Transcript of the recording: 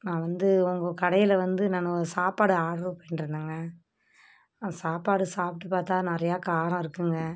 நான் வந்து உங்கள் கடையில் வந்து நானு சாப்பாடு ஆர்ட்ரு பண்ணிருந்தேங்க நான் சாப்பாடு சாப்பிட்டு பார்த்தா நிறைய காரம் இருக்குதுங்க